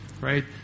right